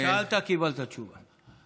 שאלת, קיבלת תשובה.